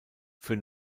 für